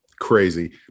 crazy